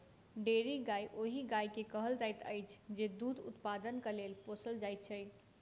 dairy गाय ओहि गाय के कहल जाइत अछि जे दूध उत्पादनक लेल पोसल जाइत छै